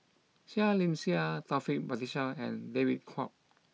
Seah Liang Seah Taufik Batisah and David Kwo